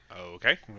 Okay